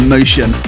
Motion